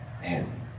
man